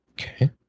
Okay